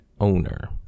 owner